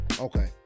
okay